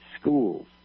schools